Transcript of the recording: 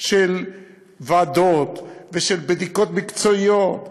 של ועדות ושל בדיקות מקצועיות וכו',